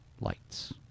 lights